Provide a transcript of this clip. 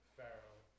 Pharaoh